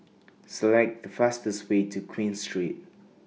Select The fastest Way to Queen Street